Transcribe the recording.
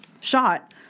shot